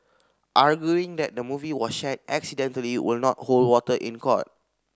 arguing that the movie was shared accidentally will not hold water in court